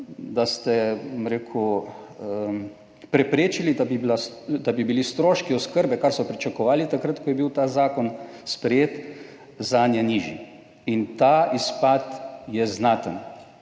da ste, bom rekel preprečili, da bi bili stroški oskrbe, kar so pričakovali takrat, ko je bil ta zakon sprejet, zanje nižji in ta izpad je znaten